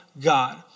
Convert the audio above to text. God